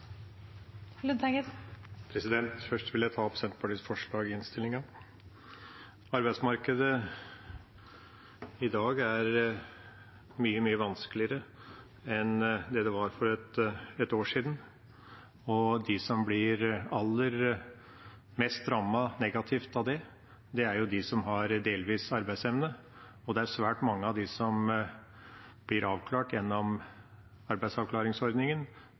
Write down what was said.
Først vil jeg ta opp Senterpartiets forslag i innstillinga. Arbeidsmarkedet i dag er mye, mye vanskeligere enn hva det var for ett år siden, og de som blir rammet aller mest negativt av det, er de som har delvis arbeidsevne. Det er svært mange av dem som blir avklart gjennom arbeidsavklaringsordningen,